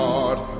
Heart